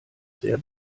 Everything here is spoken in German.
sehr